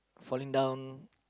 falling down